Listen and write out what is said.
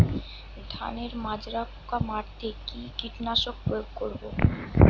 ধানের মাজরা পোকা মারতে কি কীটনাশক প্রয়োগ করব?